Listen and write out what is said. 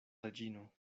reĝino